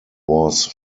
was